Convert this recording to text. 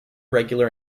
regular